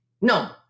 No